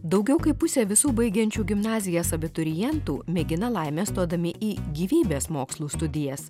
daugiau kaip pusė visų baigiančių gimnazijas abiturientų mėgina laimę stodami į gyvybės mokslų studijas